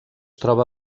troba